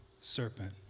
serpent